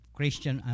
Christian